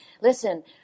listen